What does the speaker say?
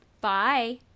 Bye